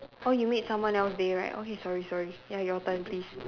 oh you made someone else day right okay sorry sorry ya your turn please